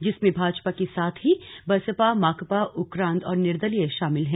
जिसमें भाजपा के साथ ही बसपा माकपा उक्रांद और निर्दलीय शामिल हैं